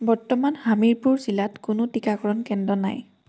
বৰ্তমান হামিৰপুৰ জিলাত কোনো টীকাকৰণ কেন্দ্ৰ নাই